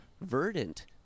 verdant